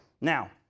Now